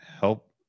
help